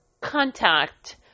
contact